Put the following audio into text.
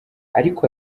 ariko